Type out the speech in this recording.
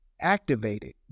activated